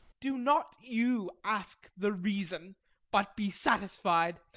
do not you ask the reason but be satisfied.